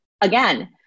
again